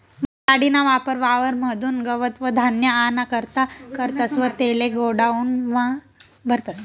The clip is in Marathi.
बैल गाडी ना वापर वावर म्हादुन गवत व धान्य आना करता करतस व तेले गोडाऊन म्हा भरतस